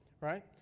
right